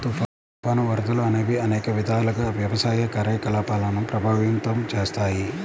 తుఫాను, వరదలు అనేవి అనేక విధాలుగా వ్యవసాయ కార్యకలాపాలను ప్రభావితం చేస్తాయి